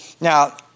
Now